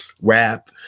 rap